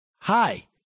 Hi